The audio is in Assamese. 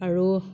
আৰু